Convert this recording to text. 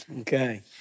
Okay